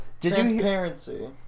transparency